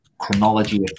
chronology